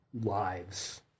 lives